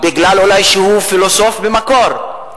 אולי בגלל שהוא פילוסוף במקור,